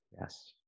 Yes